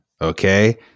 Okay